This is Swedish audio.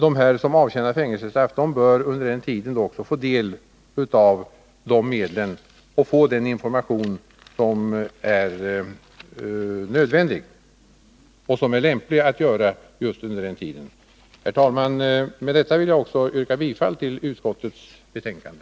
Den som avtjänar fängelsestraff bör under den tiden också få del av de medlen genom att erhålla den information som är nödvändig och som det är nödvändigt att ge under den tiden. Herr talman! Med detta vill jag också yrka bifall till utskottets betänkande.